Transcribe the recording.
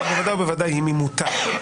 ובוודאי ובוודאי אם היא מוטה.